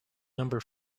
number